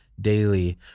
daily